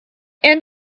end